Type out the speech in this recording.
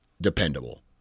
dependable